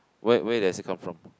where where does it come from